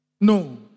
No